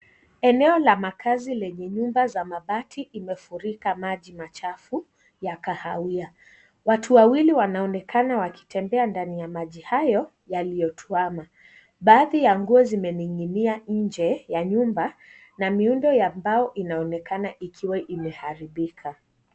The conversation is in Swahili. Eneo la makazi lenye nyumba za mabati inefurika maji machafu ya kahawia. Watu wawili wanaonekana wakitembea ndani ya maji hayo yaliyotuama. Baadhi ya nguo zimeninginia nje ha nyumba na mbao inaonekana ikiwa imeharibika.